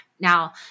Now